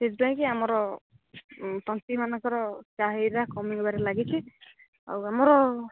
ସେଥିପାଇଁ କି ଆମର ତନ୍ତୀମାନଙ୍କର ଚାହିଦା କମିବାରେ ଲାଗିଛି ଆଉ ଆମର